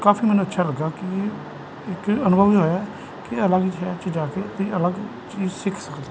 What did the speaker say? ਕਾਫੀ ਮੈਨੂੰ ਅੱਛਾ ਲੱਗਾ ਕਿ ਇੱਕ ਅਨੁਭਵ ਹੀ ਹੋਇਆ ਕਿ ਅਲੱਗ ਸ਼ਹਿਰ 'ਚ ਜਾ ਕੇ ਤੁਸੀਂ ਅਲੱਗ ਚੀਜ਼ ਸਿੱਖ ਸਕਦੇ ਹੋ